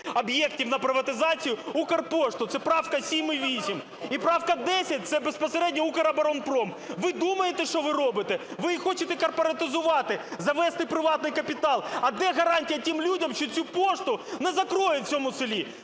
об'єктів на приватизацію "Укрпошту". Це правка 7 і 8. І правка 10 – це безпосередньо "Укроборонпром". Ви думаєте, що ви робите? Ви хочете корпоратизувати, завести приватний капітал. А де гарантія тим людям, що цю пошту не закриють в цьому селі?